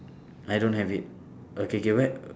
I don't have it okay K where